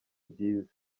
byiza